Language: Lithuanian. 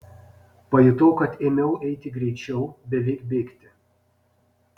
pajutau kad ėmiau eiti greičiau beveik bėgti